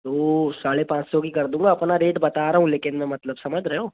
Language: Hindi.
दो साढ़े पाँच सौ की कर दूँगा अपना रेट बता रहा हूँ लेकिन मतलब समझ रहे हो